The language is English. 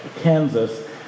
Kansas